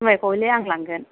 जुमाइखौ हयले आं लांगोन